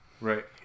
Right